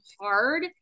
hard